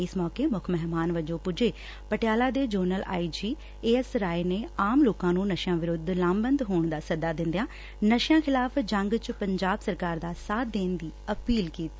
ਇਸ ਮੌਕੇ ਮੁੱਖ ਮਹਿਮਾਨ ਵਜੋਂ ਪੁੱਜੇ ਪਟਿਆਲਾ ਦੇ ਜ਼ੋਨਲ ਆਈਜੀ ਏਐਸ ਰਾਏ ਨੇ ਆਮ ਲੋਕਾਂ ਨੂੰ ਨਸ਼ਿਆਂ ਵਿਰੁੱਧ ਲਾਮਬੰਦ ਹੋਣ ਦਾ ਸੱਦਾ ਦਿੰਦਿਆਂ ਨਸ਼ਿਆਂ ਖ਼ਿਲਾਫ਼ ਜੰਗ ਚ ਪੰਜਾਬ ਸਰਕਾਰ ਦਾ ਸਾਬ ਦੇਣ ਦੀ ਅਪੀਲ ਕੀਤੀ